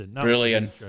Brilliant